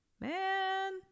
Man